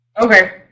Okay